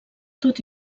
tot